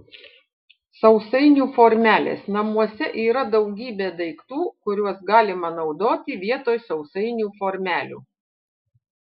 sausainių formelės namuose yra daugybė daiktų kuriuos galima naudoti vietoj sausainių formelių